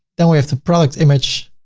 then we have the product image.